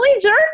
jerk